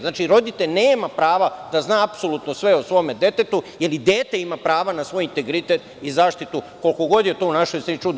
Znači, roditelj, nema prava da zna apsolutno sve o svom detetu, jer i dete ima pravo na svoj integritet i zaštitu, koliko god je to u našoj zemlji čudno.